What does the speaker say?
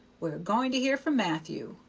we're going to hear from matthew.